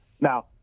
Now